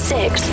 Six